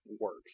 works